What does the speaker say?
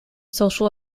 social